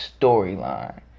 storyline